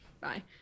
bye